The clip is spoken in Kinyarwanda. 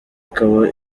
ikaba